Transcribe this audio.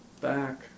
back